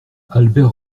albert